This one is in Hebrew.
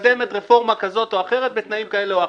שמתקדמת רפורמה כזאת או אחרת בתנאים כאלה או אחרים,